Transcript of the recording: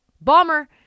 Bomber